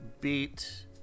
beat